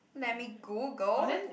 let me Google